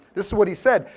this what he said.